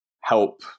help